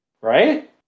Right